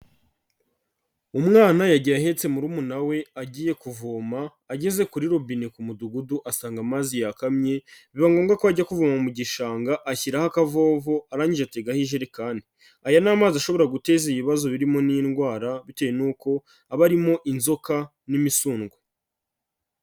Umwana yagiye ahetse murumuna we agiye kuvoma ageze kuri rubine ku mudugudu asanga amazi yakamye, biba ngombwa ko ajya kuvoma mu gishanga ashyiraho akavovo arangije ategaho ijerekani, aya ni amazi ashobora guteza ibibazo birimo n'indwara bitewe nuko aba arimo inzoka n'imisundwe.